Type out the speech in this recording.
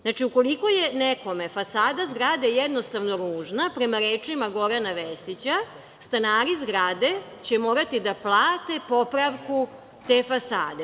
Znači, ukoliko je nekome fasada zgrade jednostavno ružna, prema rečima Gorana Vesića, stanari zgrade će morati da plate popravku te fasade.